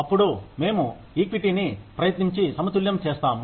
అప్పుడు మేము ఈక్విటీ ని ప్రయత్నించి సమతుల్యం చేస్తాము